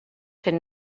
fent